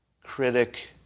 critic